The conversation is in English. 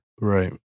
Right